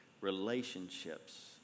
Relationships